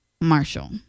Marshall